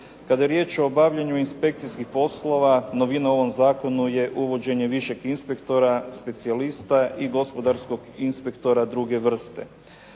Kada je riječ o obavljanju inspekcijskih poslova novina u ovom zakonu je uvođenje višeg inspektora specijalista i gospodarskog inspektora druge vrste.